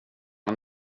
han